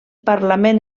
parlament